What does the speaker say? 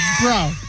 bro